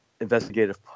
investigative